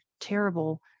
terrible